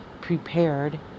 prepared